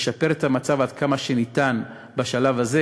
לשיפור המצב עד כמה שניתן בשלב הזה.